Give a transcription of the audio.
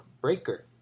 Breaker